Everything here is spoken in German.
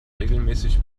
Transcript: regelmäßig